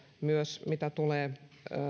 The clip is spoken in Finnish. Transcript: myös mitä tulee